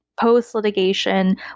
post-litigation